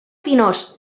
pinós